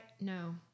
No